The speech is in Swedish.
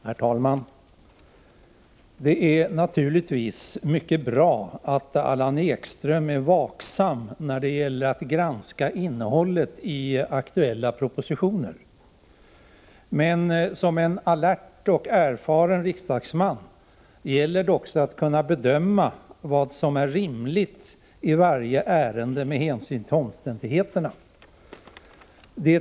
Herr talman! Det är naturligtvis mycket bra att Allan Ekström är vaksam när det gäller att granska innehållet i aktuella propositioner. Men som alert och erfaren riksdagsman måste han också kunna bedöma vad som med hänsyn till omständigheterna är rimligt att genomföra i varje ärende.